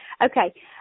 Okay